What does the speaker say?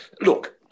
Look